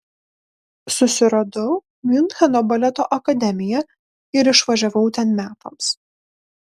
susiradau miuncheno baleto akademiją ir išvažiavau ten metams